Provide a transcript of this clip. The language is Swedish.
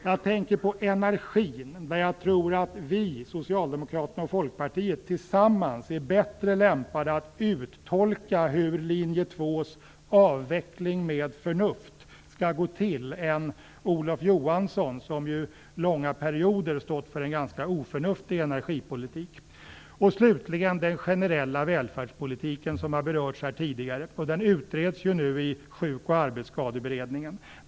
Jag tänker på energin, där jag tror att vi, Socialdemokraterna och Folkpartiet tillsammans, är bättre lämpade att uttolka hur Linje 2:s "avveckling med förnuft" skall gå till än Olof Johansson, som ju långa perioder stått för en ganska oförnuftig energipolitik. Slutligen tänker jag på den generella välfärdspolitiken som har berörts här tidigare. Den utreds nu i Sjuk och arbetsskadekommittén.